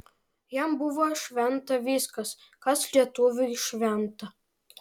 jam buvo šventa viskas kas lietuviui šventa